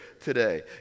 today